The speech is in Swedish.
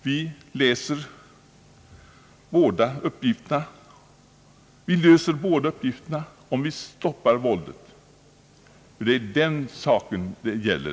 Vi löser båda uppgifterna om vi stoppar våldet -— det är den saken det gäller.